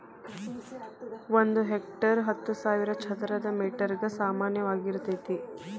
ಒಂದ ಹೆಕ್ಟೇರ್ ಹತ್ತು ಸಾವಿರ ಚದರ ಮೇಟರ್ ಗ ಸಮಾನವಾಗಿರತೈತ್ರಿ